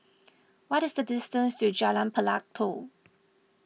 what is the distance to Jalan Pelatok